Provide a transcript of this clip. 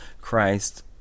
Christ